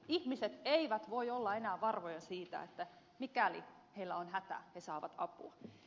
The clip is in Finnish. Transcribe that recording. ihmiset eivät voi olla enää varmoja siitä että mikäli heillä on hätä he saavat apua